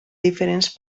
diferents